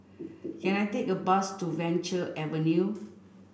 can I take a bus to Venture Avenue